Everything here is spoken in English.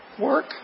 work